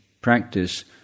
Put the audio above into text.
practice